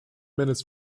minutes